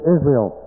Israel